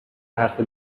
حرف